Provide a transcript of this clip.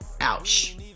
Ouch